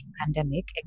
pandemic